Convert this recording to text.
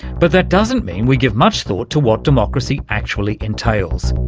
but that doesn't mean we give much thought to what democracy actually entails,